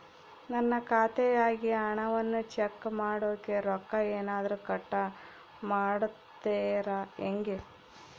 ನನ್ನ ಖಾತೆಯಾಗಿನ ಹಣವನ್ನು ಚೆಕ್ ಮಾಡೋಕೆ ರೊಕ್ಕ ಏನಾದರೂ ಕಟ್ ಮಾಡುತ್ತೇರಾ ಹೆಂಗೆ?